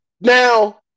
Now